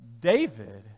david